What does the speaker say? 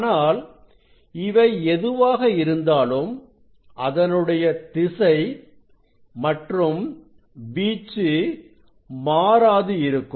ஆனால் இவை எதுவாக இருந்தாலும் அதனுடைய திசை மற்றும் வீச்சு மாறாது இருக்கும்